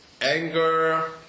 Anger